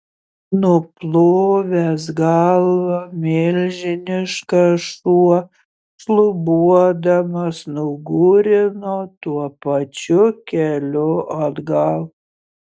nuplovęs galvą milžiniškas šuo šlubuodamas nugūrino tuo pačiu keliu atgal